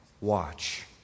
watch